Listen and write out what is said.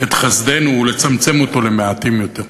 את חסדנו, ולא לצמצם אותו למעטים יותר.